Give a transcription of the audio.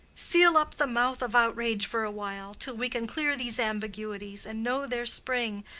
seal up the mouth of outrage for a while, till we can clear these ambiguities and know their spring,